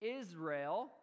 Israel